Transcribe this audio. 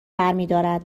برمیدارد